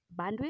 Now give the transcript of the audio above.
bandwidth